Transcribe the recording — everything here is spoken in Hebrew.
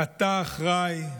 אתה אחראי,